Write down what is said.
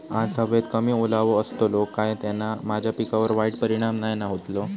आज हवेत कमी ओलावो असतलो काय त्याना माझ्या पिकावर वाईट परिणाम नाय ना व्हतलो?